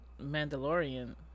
Mandalorian